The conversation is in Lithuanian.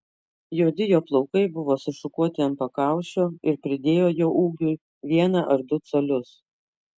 juodi jo plaukai buvo sušukuoti ant pakaušio ir pridėjo jo ūgiui vieną ar du colius